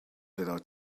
without